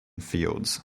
fields